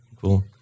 cool